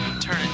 turn